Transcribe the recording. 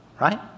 Right